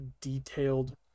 detailed